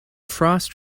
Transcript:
frost